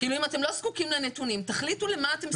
אם אתם לא זקוקים לנתונים, תחליטו למה אתם זקוקים.